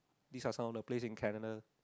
these are some of the place in Canada